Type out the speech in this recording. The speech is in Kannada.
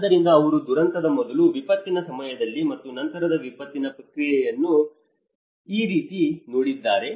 ಆದ್ದರಿಂದ ಅವರು ದುರಂತದ ಮೊದಲು ವಿಪತ್ತಿನ ಸಮಯದಲ್ಲಿ ಮತ್ತು ನಂತರದ ವಿಪತ್ತಿನ ಪ್ರಕ್ರಿಯೆಯನ್ನು ಈ ರೀತಿ ನೋಡಿದ್ದಾರೆ